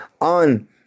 on